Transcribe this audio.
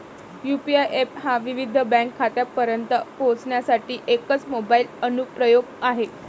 UPI app हा विविध bank खात्यांपर्यंत पोहोचण्यासाठी एकच मोबाइल अनुप्रयोग आहे